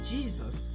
Jesus